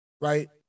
Right